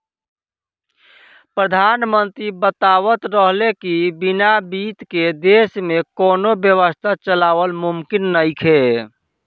प्रधानमंत्री बतावत रहले की बिना बित्त के देश में कौनो व्यवस्था चलावल मुमकिन नइखे